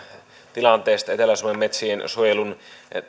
tilanteesta etelä suomen metsiensuojelun